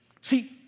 See